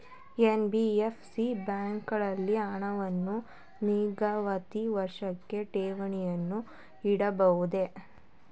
NBFC ಬ್ಯಾಂಕುಗಳಲ್ಲಿ ಹಣವನ್ನು ನಿಗದಿತ ವರ್ಷಕ್ಕೆ ಠೇವಣಿಯನ್ನು ಇಡಬಹುದೇ?